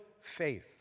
faith